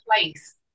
place